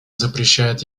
запрещает